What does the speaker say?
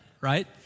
Right